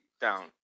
down